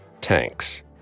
tanks